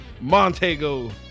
montego